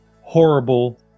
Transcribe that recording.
horrible